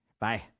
Bye